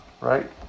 Right